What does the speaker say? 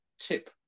tip